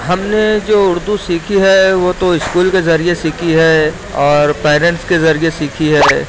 ہم نے جو اردو سیکھی ہے وہ تو اسکول کے ذریعے سیکھی ہے اور پیرنٹس کے ذریعہ سیکھی ہے